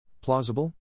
Plausible